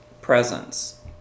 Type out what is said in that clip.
presence